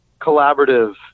collaborative